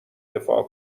دفاع